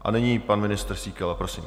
A nyní pan ministr Síkela, prosím.